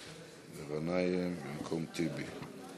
וגנאים, במקום טיבי.